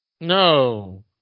No